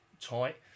tight